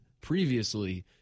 previously